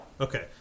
Okay